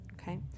Okay